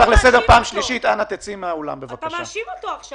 כי עכשיו אתה, אתה מאשים אותו.